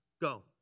Go